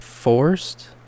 Forced